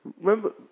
Remember